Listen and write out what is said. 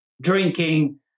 drinking